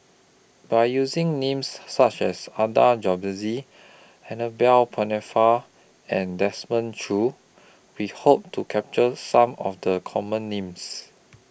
By using Names such as Adan Jimenez Annabel Pennefather and Desmond Choo We Hope to capture Some of The Common Names